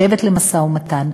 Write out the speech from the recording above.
לשבת למשא-ומתן,